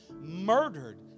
murdered